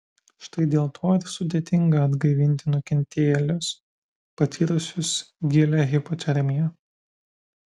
štai dėl to ir sudėtinga atgaivinti nukentėjėlius patyrusius gilią hipotermiją